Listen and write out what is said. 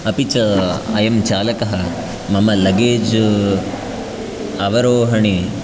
अपि च अयं चालकः मम लगेज् अवरोहणे